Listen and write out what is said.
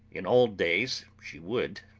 in old days she would,